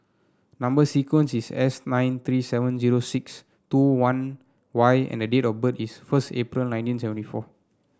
number sequence is S nine three seven zero six two one Y and date of birth is first April nineteen seventy four